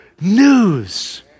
news